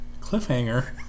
Cliffhanger